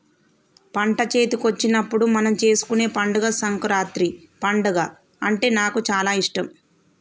పంట చేతికొచ్చినప్పుడు మనం చేసుకునే పండుగ సంకురాత్రి పండుగ అంటే నాకు చాల ఇష్టం